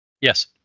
Yes